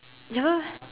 never